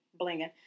Blinging